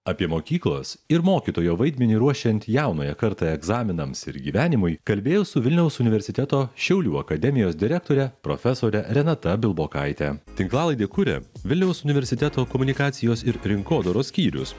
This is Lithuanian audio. apie mokyklos ir mokytojo vaidmenį ruošiant jaunąją kartą egzaminams ir gyvenimui kalbėjo su vilniaus universiteto šiaulių akademijos direktore profesore renata bilbokaite tinklalaidę kuria vilniaus universiteto komunikacijos ir rinkodaros skyrius